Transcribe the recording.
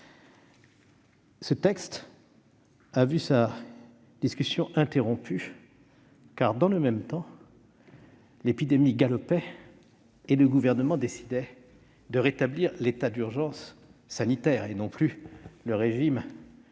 Ce texte a vu sa discussion interrompue, car dans le même temps l'épidémie galopait et le Gouvernement décidait de rétablir l'état d'urgence sanitaire, et non plus le régime de